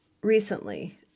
Recently